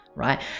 right